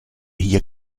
hier